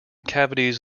cavities